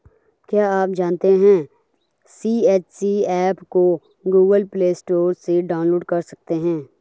क्या आप जानते है सी.एच.सी एप को गूगल प्ले स्टोर से डाउनलोड कर सकते है?